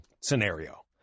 scenario